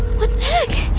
what the heck!